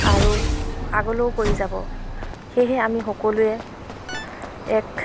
আৰু আগলৈও কৰি যাব সেয়েহে আমি সকলোৱে এক